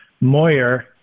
Moyer